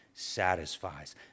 satisfies